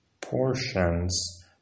portions